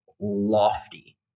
lofty